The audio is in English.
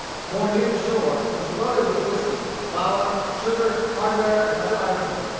moored near the shore, was loaded with whiskey flour, sugar, hardware, and other articles,